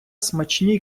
смачні